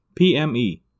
PME